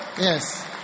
Yes